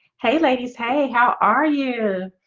hey ladies. hey, how are you?